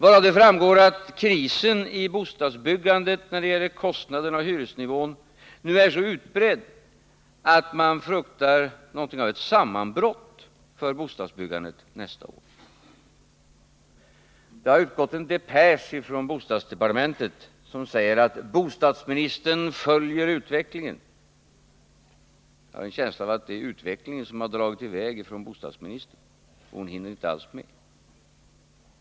Av denna framgår det att krisen i bostadsbyggandet när det gäller kostnaderna och hyresnivån nu är så utbredd att man nästa år fruktar något av ett sammanbrott för bostadsbyggandet. Det har utgått en depesch från bostadsdepartementet, där det sägs att bostadsministern följer utvecklingen. Jag har en känsla av att det är utvecklingen som har dragit iväg från bostadsministern. Hon hinner inte alls med.